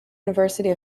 university